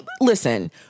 listen